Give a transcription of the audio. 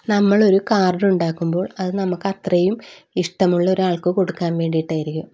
നമ്മളൊരു കാർഡ് ഉണ്ടാക്കുമ്പോൾ അത് നമുക്കത്രയും ഇഷ്ടമുള്ളൊരാൾക്ക് കൊടുക്കാൻ വേണ്ടിയിട്ടായിരിക്കും